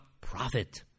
profit